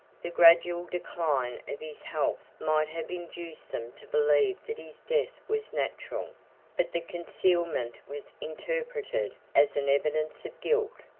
the gradual decline of his health might have induced them to believe that his death was natural but the concealment was interpreted as an evidence of guilt,